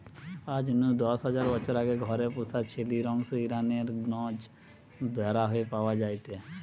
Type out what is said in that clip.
আজ নু দশ হাজার বছর আগে ঘরে পুশা ছেলির অংশ ইরানের গ্নজ দারেহে পাওয়া যায়টে